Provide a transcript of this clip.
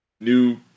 new